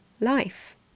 life